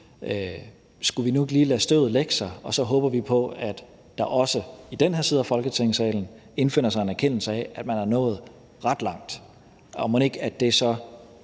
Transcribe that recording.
Skulle vi nu ikke lige lade støvet lægge sig, og så håber vi på, at der også i den her side af Folketingssalen indfinder sig en anerkendelse af, at man er nået ret langt. Og mon ikke det trods